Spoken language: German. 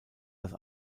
das